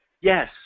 Yes